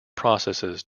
processes